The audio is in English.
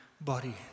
body